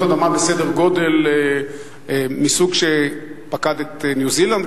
אדמה בסדר גודל מהסוג שפקד את ניו-זילנד,